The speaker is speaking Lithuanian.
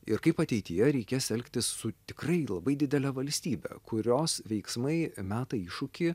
ir kaip ateityje reikės elgtis su tikrai labai didele valstybe kurios veiksmai meta iššūkį